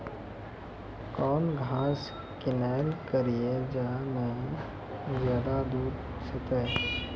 कौन घास किनैल करिए ज मे ज्यादा दूध सेते?